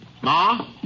Ma